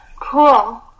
Cool